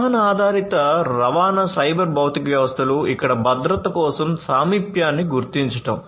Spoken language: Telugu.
వాహన ఆధారిత రవాణా సైబర్ భౌతిక వ్యవస్థలు ఇక్కడ భద్రత కోసం సామీప్యాన్ని గుర్తించడం